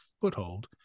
foothold